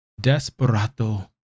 Desperado